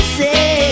say